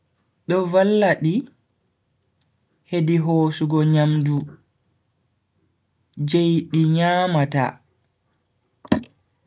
Do valla di hedi hosugo nyamdu je di nyamata